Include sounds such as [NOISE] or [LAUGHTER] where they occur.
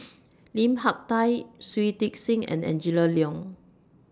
[NOISE] Lim Hak Tai Shui Tit Sing and Angela Liong